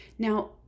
Now